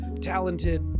talented